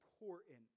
important